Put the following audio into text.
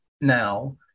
now